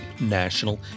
National